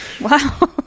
wow